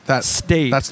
state